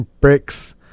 Bricks